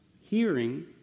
hearing